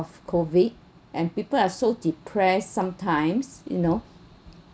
of COVID and people are so depressed sometimes you know